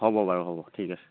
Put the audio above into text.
হ'ব বাৰু হ'ব ঠিক আছে